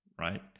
right